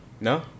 no